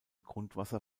grundwasser